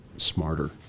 Smarter